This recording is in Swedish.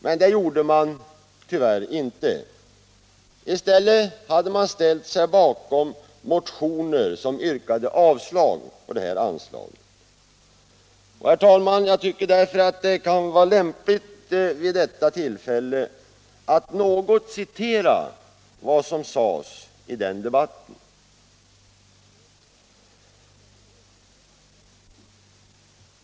Men man stödde tyvärr inte förslaget, utan man ställde sig bakom motioner som yrkade avslag på ett bibehållande av det särskilda anslaget. Herr talman! Jag tycker att det kan vara lämpligt vid detta tillfälle att något citera vad som sades i den debatten.